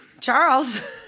Charles